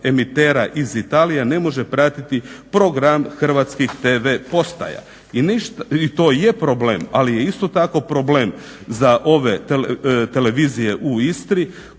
iz Italije ne može pratiti program hrvatskih tv postaja. I ništa, i to je problem, ali je isto tako problem za ove televizije u Istri,